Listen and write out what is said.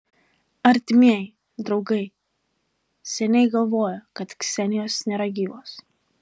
artimieji draugai seniai galvojo kad ksenijos nėra gyvos